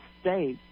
state